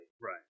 right